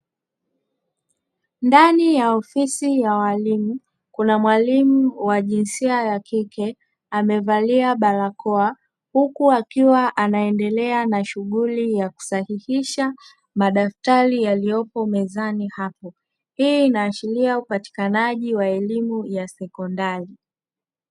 Ndani ya ofisi ya walimu, kuna mwalimu wa jinsia ya kike amevalia barakoa huku akiwa anaendelea na shughuli ya kusahihisha madaftari yaliyoko mezani hapo. Hii inaashiria upatikanaji wa elimu ya sekondari.